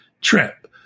trip